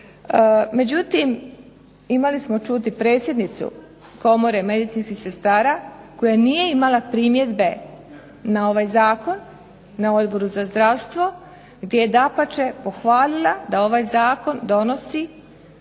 Međutim, imali smo čuti predsjednicu Komore medicinskih sestara koja nije imala primjedbe na ovaj zakon, na Odboru za zdravstvo gdje je dapače pohvalila da ovaj zakon donosi